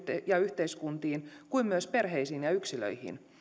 ja yhteiskuntiin kuin myös perheisiin ja yksilöihin